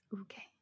Okay